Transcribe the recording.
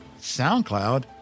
SoundCloud